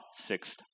sixth